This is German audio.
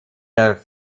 der